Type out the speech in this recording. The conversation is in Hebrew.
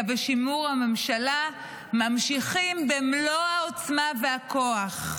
ושימור הממשלה ממשיכים במלוא העוצמה והכוח.